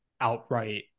outright